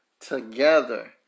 Together